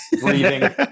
breathing